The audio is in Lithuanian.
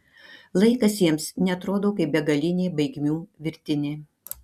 laikas jiems neatrodo kaip begalinė baigmių virtinė